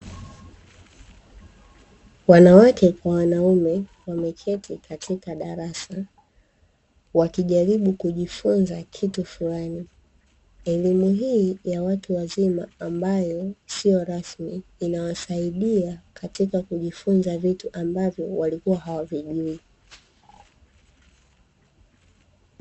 Wanawake kwa wanaume wameketi katika darasa, wakijaribu kujifunza kitu fulani elimu hii ya watu wazima ambayo sio rasmi inayosaidia katika kujifunza vitu ambavyo walikuwa hawavijui.